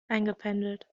eingependelt